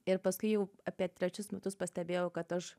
ir paskui jau apie trečius metus pastebėjau kad aš